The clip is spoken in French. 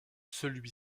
celui